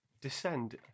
Descend